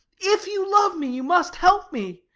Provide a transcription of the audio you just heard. if you love me you must help me.